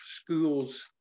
schools